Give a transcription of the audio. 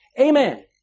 Amen